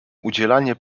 udzielanie